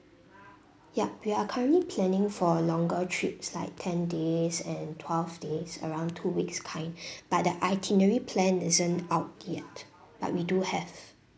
ya we are currently planning for longer trips like ten days and twelve days around two weeks kind but the itinerary plan isn't out yet but we do have